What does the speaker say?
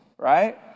right